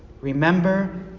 Remember